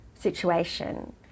situation